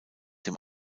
dem